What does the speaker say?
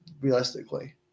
realistically